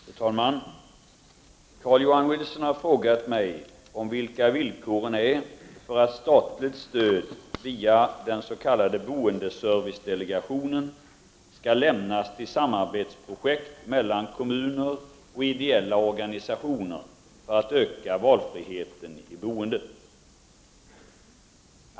Fru talman! Carl-Johan Wilson har frågat mig om vilka villkoren är för att statligt stöd via den s.k. boendeservicedelegationen skall lämnas till samarbetsprojektet mellan kommuner och ideella organisationer för att öka valfriheten i boendet.